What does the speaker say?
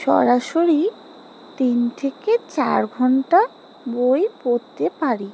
সরাসরি তিন থেকে চার ঘণ্টা বই পড়তে পারি